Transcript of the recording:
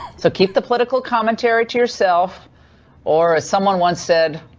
so keep the political commentary to yourself or as someone once said,